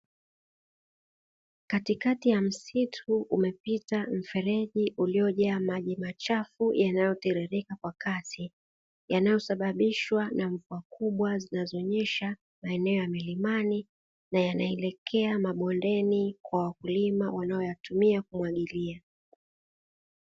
Katikati ya msitu umepita mfereji uliyojaa maji machafu yanayotiririka kwa kasi, yanayosababishwa na mvua kubwa zinazonyesha maeneo ya milimani na yanaelekea mabondeni kwa wakulima wanaoyatumia kumwgilia.